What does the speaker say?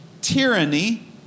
tyranny